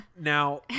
Now